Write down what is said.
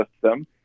system